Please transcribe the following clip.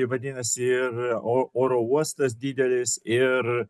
vadinasi ir o oro uostas didelis ir